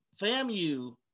FAMU